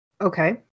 Okay